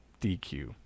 DQ